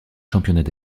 championnats